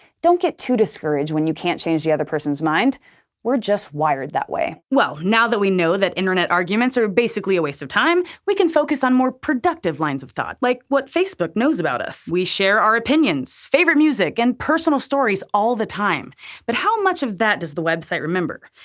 don't get too discouraged when you can't change the other person's mind we're just wired that way. well, now that we know that internet arguments are basically a waste of time, we can focus on more productive lines of thought. like what facebook knows about us. we share our opinions, favorite music, and personal stories all the time but how much of that does the website remember?